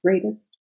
greatest